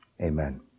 Amen